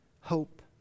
hope